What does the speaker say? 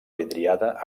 vidriada